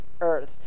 earth